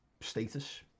status